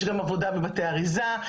יש גם עבודה בבתי אריזה,